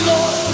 Lord